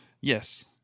Yes